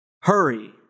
Hurry